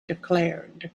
declared